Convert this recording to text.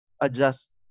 adjust